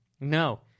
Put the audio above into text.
no